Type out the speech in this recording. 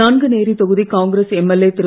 நாங்குனேரி தொகுதி காங்கிரஸ் எம்எல்ஏ திரு